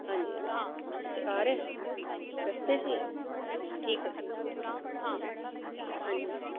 ਹਾਂਜੀ ਹਾਂਜੀ ਅੱਛਾ ਆ ਰਿਹਾ ਰਸਤੇ 'ਚ ਹੀ ਆ ਠੀਕ ਆ ਠੀਕ ਆ ਠੀਕ ਆ ਕੋਈ ਹਾਂਜੀ ਹਾਂਜੀ